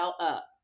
up